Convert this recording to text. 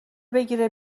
بگیره